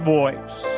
voice